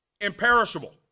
imperishable